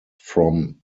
from